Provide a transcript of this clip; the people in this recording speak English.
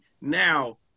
now